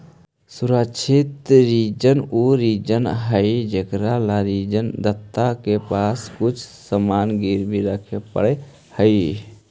सुरक्षित ऋण उ ऋण हइ जेकरा ला ऋण दाता के पास कुछ सामान गिरवी रखे पड़ऽ हइ